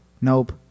nope